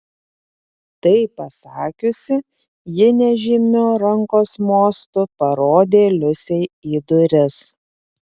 tai pasakiusi ji nežymiu rankos mostu parodė liusei į duris